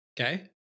Okay